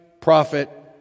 prophet